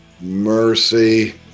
Mercy